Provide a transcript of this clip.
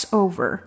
over